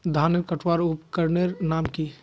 धानेर कटवार उपकरनेर नाम की?